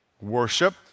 Worship